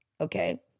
Okay